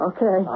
Okay